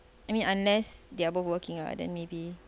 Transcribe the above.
I mean unless they are both working ah then maybe